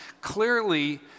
clearly